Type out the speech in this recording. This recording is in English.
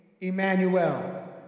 Emmanuel